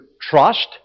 trust